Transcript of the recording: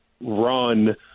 run